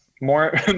More